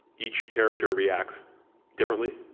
each character reacts differently,